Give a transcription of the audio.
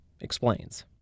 explains